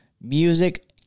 music